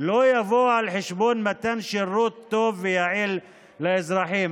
לא יבואו על חשבון מתן שירות טוב ויעיל לאזרחים.